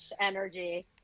energy